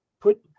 put